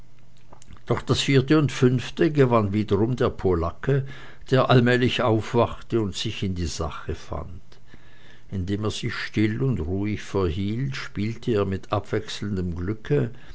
doch das vierte und fünfte gewann wiederum der polacke der allmählich aufwachte und sich in die sache fand indem er sich still und ruhig verhielt spielte er mit abwechselndem glücke